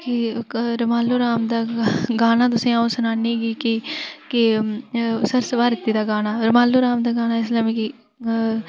कि रूमालू राम दा गानाअ 'ऊं तुसें गी सुनानी कि सर्स भारती दा गाना रुमालू राम दा गाना इसलै मिगी